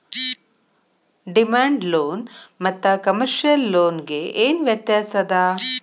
Demand loan ಮತ್ತ commercial loan ಗೆ ಏನ್ ವ್ಯತ್ಯಾಸದ?